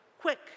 Quick